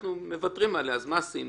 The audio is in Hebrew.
אנחנו מוותרים על זכות החפות, אז מה עשינו?